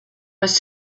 was